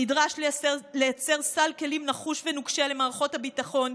נדרש לייצר סל כלים נחוש ונוקשה למערכות הביטחון,